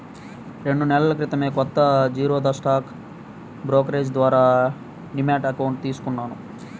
రెండు నెలల క్రితమే కొత్తగా జిరోదా స్టాక్ బ్రోకరేజీ ద్వారా డీమ్యాట్ అకౌంట్ తీసుకున్నాను